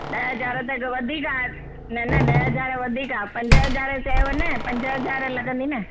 ॾह हज़ार त अघु वधीक आहे न न ॾह हज़ार वधीक आहे पंज हज़ार चयव न पंज हज़ार लॻंदी न